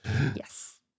Yes